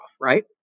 right